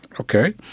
okay